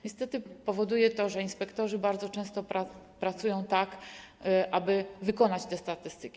Niestety powoduje to, że inspektorzy bardzo często pracują tak, aby wykonać statystki.